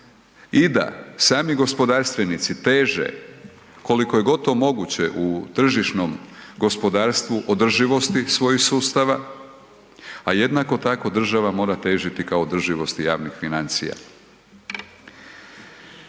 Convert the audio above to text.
i da sami gospodarstvenici teže koliko je god to moguće u tržišnom gospodarstvu održivosti svojih sustava a jednako tako država mora težiti ka održivosti javnih financija.